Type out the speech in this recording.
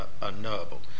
unknowable